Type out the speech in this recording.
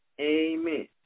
Amen